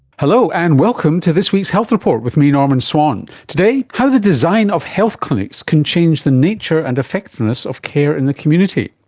hello, and welcome to this week's health report with me, norman swan. today, how the design of health clinics can change the nature and effectiveness of care in the community.